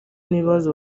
n’ibibazo